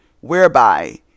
whereby